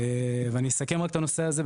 אני אסכם רק את הנושא הזה.